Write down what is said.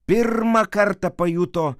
pirmą kartą pajuto